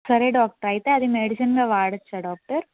సరే డాక్టర్ అయితే అది మెడిసిన్గా వాడవచ్చా డాక్టర్